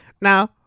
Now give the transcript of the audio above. now